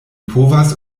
povas